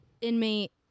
inmate